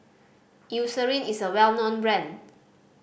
Eucerin is a well known brand